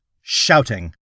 shouting